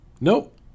Nope